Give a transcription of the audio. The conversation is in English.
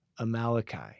Amalekai